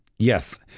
Yes